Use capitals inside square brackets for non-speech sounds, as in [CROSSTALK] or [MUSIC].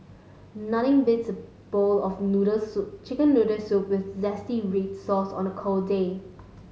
nothing beats a bowl of noodle soup chicken noodles with [UNINTELLIGIBLE] read sauce on a cold day